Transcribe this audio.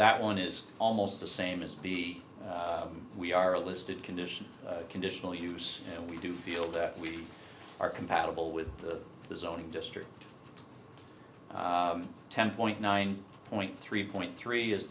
that one is almost the same as the we are a listed condition conditional use and we do feel that we are compatible with the zoning district ten point nine point three point three is